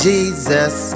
Jesus